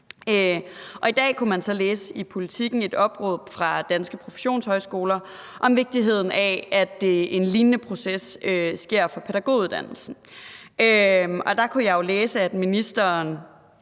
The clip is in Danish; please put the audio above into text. I dag kunne man så i Politiken læse et opråb fra Danske Professionshøjskoler om vigtigheden af, at en lignende proces sker for pædagoguddannelsen. Der kunne jeg jo læse, at ministeren,